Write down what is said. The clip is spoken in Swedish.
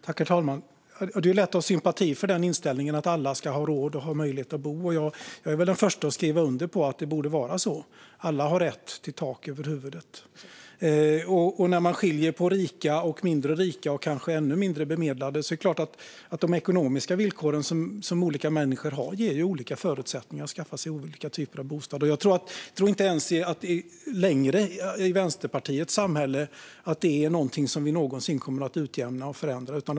Herr talman! Det är lätt att ha sympati för inställningen att alla ska ha råd och möjlighet att bo. Jag är den förste att skriva under på att det borde vara så. Alla har rätt till tak över huvudet. När man skiljer på rika, mindre rika och kanske ännu mindre bemedlade är det klart att de ekonomiska villkor som olika människor har ger olika förutsättningar att skaffa sig olika typer av bostad. Jag tror inte att det längre, ens i Vänsterpartiets samhälle, är någonting som vi någonsin kommer att utjämna och förändra.